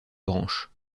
branche